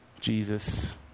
Jesus